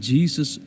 Jesus